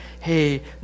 hey